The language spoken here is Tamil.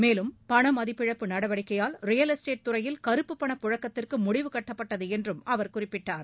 மேலும் பண மதிப்பிழப்பு நடவடிக்கையால் ரியல் எஸ்ட்டேட் துறையில் கறுப்புப் பண புழக்கத்திற்கு முடிவு கட்டப்பட்டது என்றும் அவர் குறிப்பிட்டார்